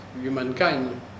humankind